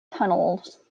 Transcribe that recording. tunnels